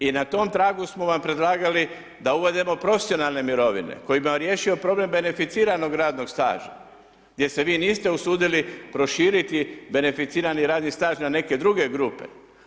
I na tom tragu smo vam predlagali, da uvedemo profesionalne mirovine, kojim bi riješio problem beneficiranog radnog staža, gdje se vi niste usudili proširiti beneficirani radni staž, na neke druge grupe.